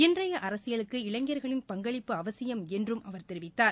இன்றைய அரசியலுக்கு இளைஞர்களின் பங்களிப்பு அவசியம் என்றும் அவர் தெரிவித்தார்